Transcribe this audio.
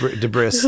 Debris